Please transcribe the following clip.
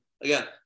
again